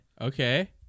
okay